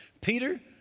Peter